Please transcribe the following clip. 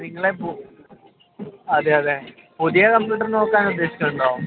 നിങ്ങൾ അതെ അതെ പുതിയ കമ്പ്യൂട്ടർ നോക്കാൻ ഉദ്ദേശിക്കുന്നുണ്ടോ